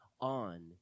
on